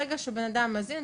ברגע שבן אדם מזין,